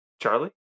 Charlie